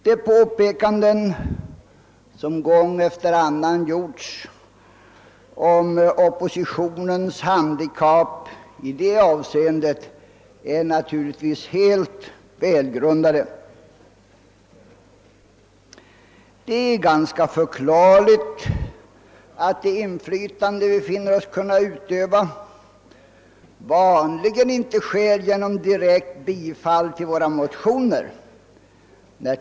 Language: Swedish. De påpekanden som gång efter annan gjorts om oppositionens handikapp i detta avseende är helt välgrundade. Det är ganska förklarligt att det inflytandet vi finner oss kunna utöva vanligen inte har formen av ett direkt bifall till våra motioner.